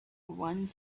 one